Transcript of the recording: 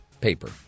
paper